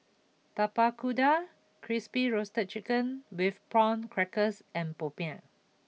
Tapak Kuda Crispy Roasted Chicken with Prawn Crackers and Popiah